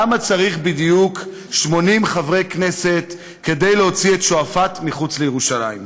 למה צריך בדיוק 80 חברי כנסת כדי להוציא את שועפאט מירושלים?